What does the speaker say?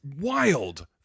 wild